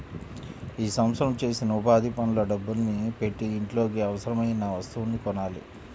ఈ సంవత్సరం చేసిన ఉపాధి పనుల డబ్బుల్ని పెట్టి ఇంట్లోకి అవసరమయిన వస్తువుల్ని కొనాలి